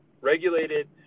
regulated